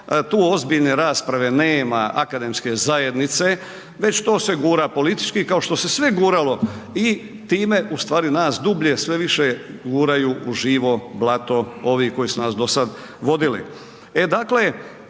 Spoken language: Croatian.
Tu ozbiljne rasprave nema, akademske zajednice, već to se gura politički kao što se sve guralo i time u stvari nas dublje sve više guraju u živo blato ovi koji su nas do sada vodili.